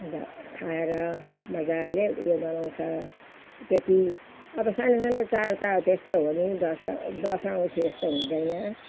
अन्त खाएर मजाले उयो गराउँछ त्यति अब सानो सानो चाड त त्यस्तै हो पनि दसैँ दसैँ औँसी जस्तो हुँदैन